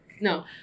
No